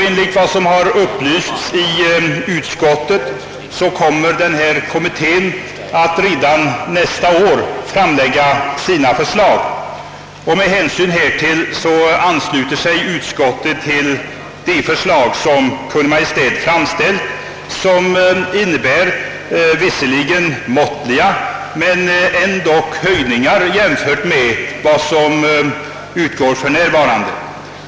Enligt vad utskottet inhämtat kommer denna kommitté att redan nästa år framlägga sina förslag. Med hänsyn till detta ansluter sig utskottet till de förslag som Kungl. Maj:t framlagt och som innebär visserligen måttliga men ändock höjningar jämfört med vad som utgår för närvarande.